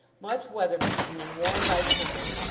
much weatherbeaten and worn by time,